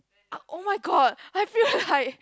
oh my god I feel like